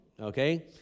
okay